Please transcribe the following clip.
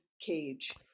cage